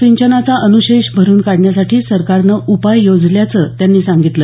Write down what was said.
सिंचनाचा अनुशेष भरून काढण्यासाठी सरकारनं उपाय योजल्याची त्यांनी सांगितलं